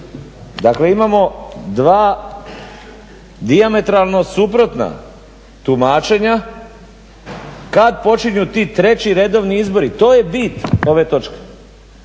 Dakle imamo dva dijametralno suprotna tumačenja kad počinju ti treći redovni izbori. To je bit ove točke.